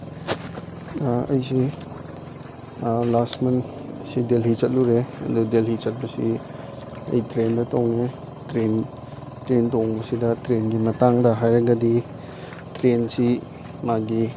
ꯑꯩꯁꯦ ꯂꯥꯁ ꯃꯟꯁꯤ ꯗꯦꯜꯂꯤ ꯆꯠꯂꯨꯔꯦ ꯑꯗꯨ ꯗꯦꯜꯂꯤ ꯆꯠꯄꯁꯤ ꯑꯩ ꯇ꯭ꯔꯦꯟꯗ ꯇꯣꯡꯉꯦ ꯇ꯭ꯔꯦꯟ ꯇ꯭ꯔꯦꯟ ꯇꯣꯡꯕꯁꯤꯗ ꯇ꯭ꯔꯦꯟꯒꯤ ꯃꯇꯥꯡꯗ ꯍꯥꯏꯔꯒꯗꯤ ꯇꯔꯦꯟꯁꯤ ꯃꯥꯒꯤ